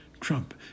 Trump